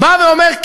בא ואומר,